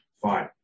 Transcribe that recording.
Fine